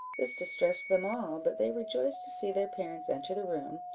this distressed them all but they rejoiced to see their parents enter the room,